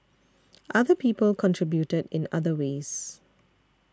other people contributed in other ways